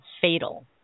fatal